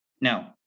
No